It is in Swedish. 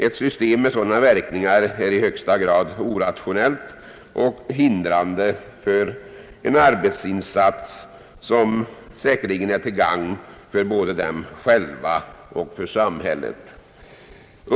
Ett system med sådana verkningar är i högsta grad orationellt och hindrande för en arbetsinsats som säkerligen är till gagn för både dem själva och samhället.